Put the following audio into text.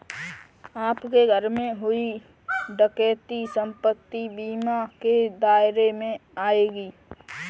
आपके घर में हुई डकैती संपत्ति बीमा के दायरे में आएगी